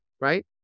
right